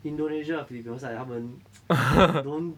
indonesia or filipino side 他们 don't